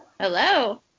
Hello